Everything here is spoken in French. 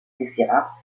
suffira